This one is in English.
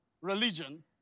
religion